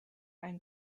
ein